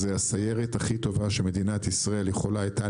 זו הסיירת הכי טובה שמדינת ישראל יכולה הייתה